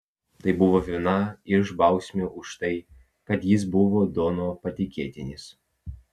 tai buvo viena iš bausmių už tai kad jis buvo dono patikėtinis